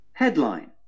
Headline